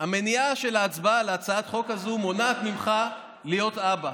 המניעה של ההצבעה על הצעת החוק הזאת מונעת ממך להיות אבא.